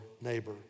neighbor